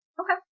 Okay